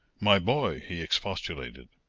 my boy, he expostulated,